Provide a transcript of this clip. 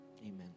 Amen